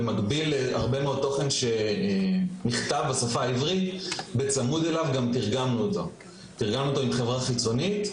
במקביל להרבה מאוד תוכן שנכתב בשפה העברית תרגמנו אותו עם חברה חיצונית,